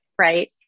right